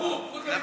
חו"ב, חו"ב.